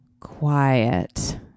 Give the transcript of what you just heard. quiet